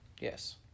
Yes